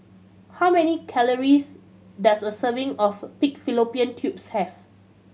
how many calories does a serving of pig fallopian tubes have